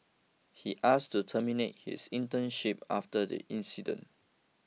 he asked to terminate his internship after the incident